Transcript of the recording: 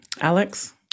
Alex